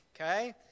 Okay